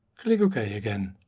click okay again.